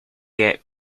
get